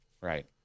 Right